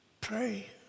pray